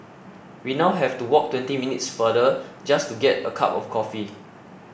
we now have to walk twenty minutes farther just to get a cup of coffee